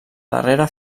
darrera